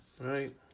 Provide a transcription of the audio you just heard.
right